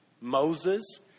Moses